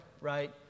right